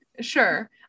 sure